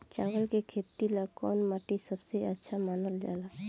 चावल के खेती ला कौन माटी सबसे अच्छा मानल जला?